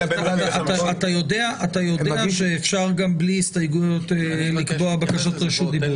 אתה יודע שאפשר גם בלי הסתייגויות לקבוע בקשות רשות דיבור.